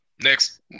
next